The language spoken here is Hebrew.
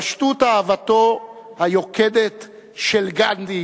פשטות אהבתו היוקדת של גנדי